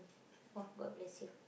!wah! god bless you